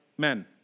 men